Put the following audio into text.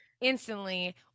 instantly